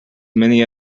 many